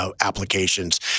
applications